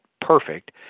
perfect